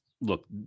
look